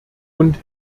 und